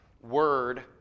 word